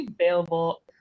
Available